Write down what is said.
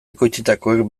ekoitzitakoek